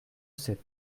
sept